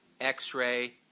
X-Ray